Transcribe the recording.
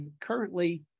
currently